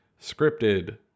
scripted